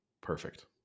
perfect